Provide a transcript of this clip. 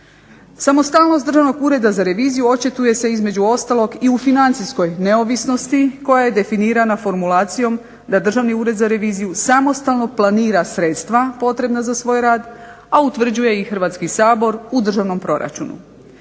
Samostalnost Državnog ureda za reviziju očituje se između ostalog i u financijskoj neovisnosti koja je definirana formulacijom da Državni ured za reviziju samostalno planira sredstva potrebna za svoj rad, a utvrđuje ih Hrvatski sabor u državnom proračunu.